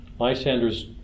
Lysander's